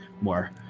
more